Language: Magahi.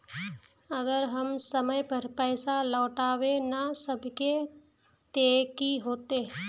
अगर हम समय पर पैसा लौटावे ना सकबे ते की होते?